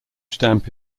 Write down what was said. stamp